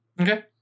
Okay